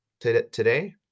today